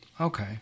Okay